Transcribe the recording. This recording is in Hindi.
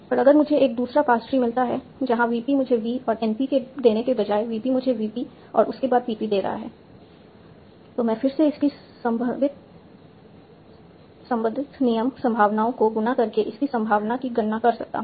और अगर मुझे एक दूसरा पार्स ट्री मिलता है जहां VP मुझे V और NP देने के बजाय VP मुझे VP और उसके बाद PP दे रहा है तो मैं फिर से इसकी संबंधित नियम संभावनाओं को गुणा करके इसकी संभावना की गणना कर सकता हूं